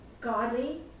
godly